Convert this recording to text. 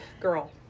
girl